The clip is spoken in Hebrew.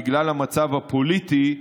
בגלל המצב הפוליטי,